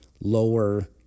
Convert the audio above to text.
lower